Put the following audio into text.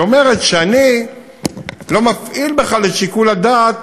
היא אומרת שאני לא מפעיל בכלל את שיקול הדעת